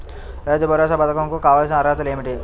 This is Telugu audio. రైతు భరోసా పధకం కు కావాల్సిన అర్హతలు ఏమిటి?